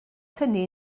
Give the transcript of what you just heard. tynnu